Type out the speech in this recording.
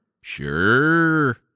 Sure